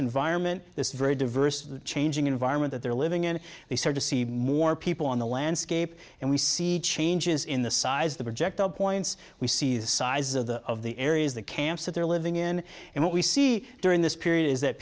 environment this very diverse the changing environment that they're living in they start to see more people on the landscape and we see changes in the size of the project all points we see the size of the of the areas the camps that they're living in and what we see during this period is that